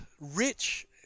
rich